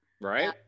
right